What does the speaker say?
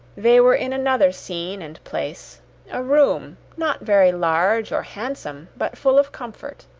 they were in another scene and place a room, not very large or handsome, but full of comfort.